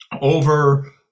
over